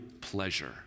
pleasure